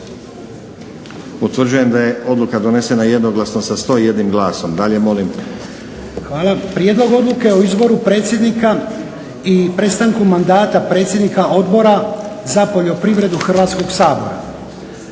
Utvrđujem da je odluka donesena jednoglasno sa 101 glasom. Dalje molim. **Lučin, Šime (SDP)** Hvala. Prijedlog Odluke o izboru predsjednika i prestanku mandata predsjednika Odbora za poljoprivredu Hrvatskog sabora.